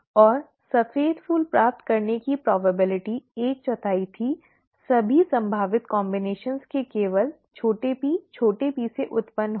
और सफेद फूल प्राप्त करने की संभावना एक चौथाई थी सभी संभावित संयोजनों के केवल छोटे p छोटे p से उत्पन्न हुई